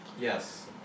Yes